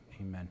Amen